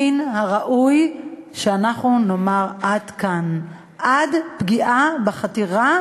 מן הראוי שאנחנו נאמר: עד כאן, עד פגיעה, חתירה